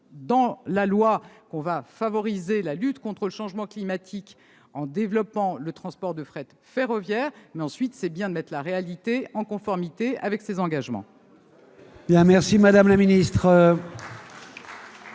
dans la loi qu'on favorise la lutte contre le changement climatique en développant le fret ferroviaire. C'est bien, également, de mettre la réalité en conformité avec ses engagements.